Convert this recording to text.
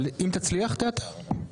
אבל אם תצליח, תאתר.